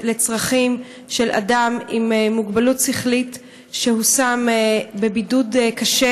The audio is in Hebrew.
מצרכים של אדם עם מוגבלות שכלית שהושם בבידוד קשה,